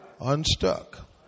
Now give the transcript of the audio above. unstuck